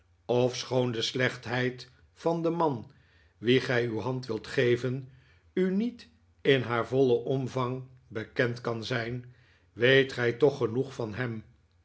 ofschoon de slechtheid van den man wien gij uw hand wilt geven u niet in haar vollen omvang bekend kan zijn weet gij toch genoeg van hem